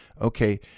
okay